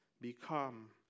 become